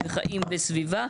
ו"חיים בסביבה".